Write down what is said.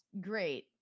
great